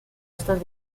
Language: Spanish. estos